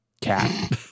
cat